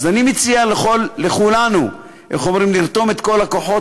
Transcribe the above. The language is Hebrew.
אני מציע לכולנו לרתום את כל הכוחות,